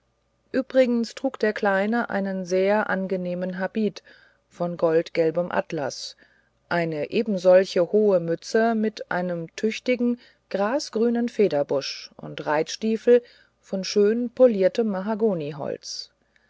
übrigens trug der kleine einen sehr angenehmen habit von goldgelbem atlas eine ebensolche hohe mütze mit einem tüchtigen grasgrünen federbusch und reitstiefel von schön poliertem mahagoniholz